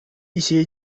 一些